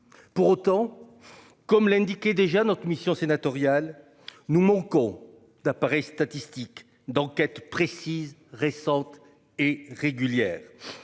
Pour autant. Comme l'indiquait déjà notre mission sénatoriale nous manquons d'appareil statistique d'enquête précise récente et régulière.